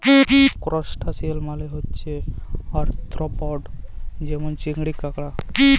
করসটাশিয়াল মালে হছে আর্থ্রপড যেমল চিংড়ি, কাঁকড়া